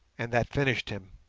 and that finished him.